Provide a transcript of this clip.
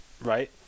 Right